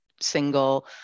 single